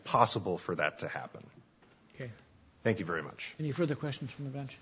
possible for that to happen ok thank you very much and you for the questions from the bench